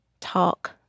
talk